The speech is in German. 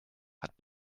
hat